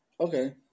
Okay